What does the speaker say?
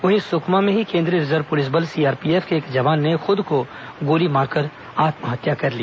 वहीं सुकमा में ही केंद्रीय रिजर्व पुलिस बल सीआरपीएफ के एक जवान ने खुद को गोली मारकर आत्महत्या कर ली